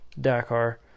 Dakar